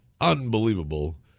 unbelievable